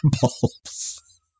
bulbs